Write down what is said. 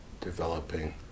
developing